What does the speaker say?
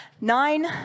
nine